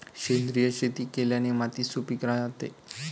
सेंद्रिय शेती केल्याने माती सुपीक राहते